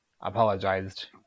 apologized